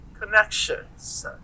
connections